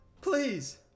Please